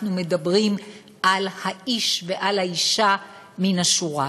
מדברים על האיש ועל האישה מן השורה.